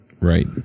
Right